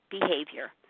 behavior